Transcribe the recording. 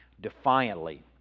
defiantly